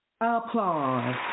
applause